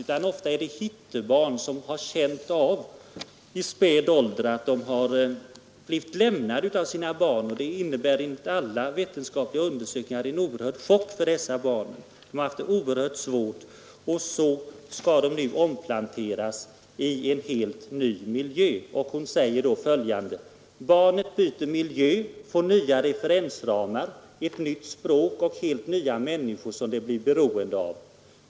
Utan oftast är det hittebarn som i späd ålder känt av att de blivit lämnade av sina föräldrar, och det innebär enligt alla vetenskapliga undersökningar en oerhörd chock för dem. De har haft de mycket svårt, och så skall de nu omplanteras i en helt ny miljö. Margareta Ingelstam som varit ordförande i Adoptionscentrum säger i en innehållsrik intervju i Dagens Nyheter den 14 mars i år: ”Barnet byter miljö, får nya referensramar, ett nytt språk och helt nya människor som det blir beroende av.